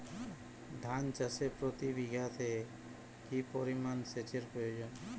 ধান চাষে প্রতি বিঘাতে কি পরিমান সেচের প্রয়োজন?